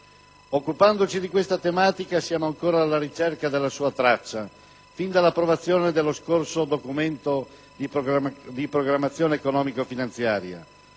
Occupandoci di questa tematica siamo ancora alla ricerca della sua traccia fin dall'approvazione dello scorso Documento di programmazione economico-finanziaria,